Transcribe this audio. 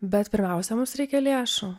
bet pirmiausia mums reikia lėšų